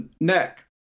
neck